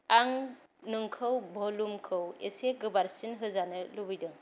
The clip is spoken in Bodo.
आं नोंखौ भलुमखौ इसे गोबारसिन होजानो लुबैदों